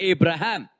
Abraham